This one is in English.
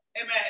amen